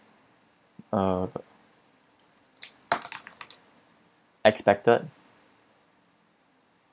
uh expected